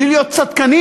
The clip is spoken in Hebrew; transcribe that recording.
בלי להיות צדקנים,